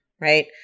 right